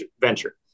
venture